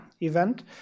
event